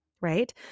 right